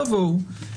תבואו,